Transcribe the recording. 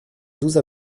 douze